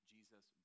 Jesus